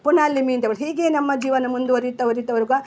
ಪುನಃ ಅಲ್ಲಿ ಮೀನು ತಗೊಳ್ಳೋದು ಹೀಗೆ ನಮ್ಮ ಜೀವನ ಮುಂದುವರಿತಾ ವರಿತಾ ಬರುವಾಗ